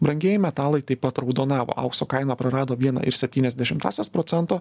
brangieji metalai taip pat raudonavo aukso kaina prarado vieną ir septynias dešimtąsias procento